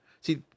see